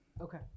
Okay